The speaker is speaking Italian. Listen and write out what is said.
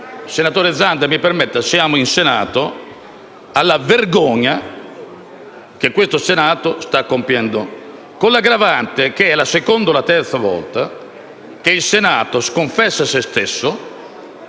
senatore Zanda, mi permetta, siamo in Senato - alla vergogna che questo Senato sta compiendo, con l'aggravante che è la seconda o la terza volta che sconfessa se stesso.